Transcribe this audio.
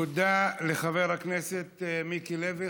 תודה לחבר הכנסת מיקי לוי.